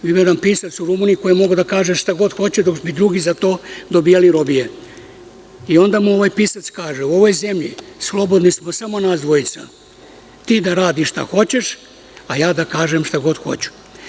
Ima jedan pisac u Rumuniji koji je mogao da kaže šta god hoće, dok bi drugi za to dobijali robije i onda mu ovaj pisac kaže, u ovoj zemlji, slobodni smo samo nas dvojica, ti da radiš šta hoćeš, a ja da kažem šta god hoću.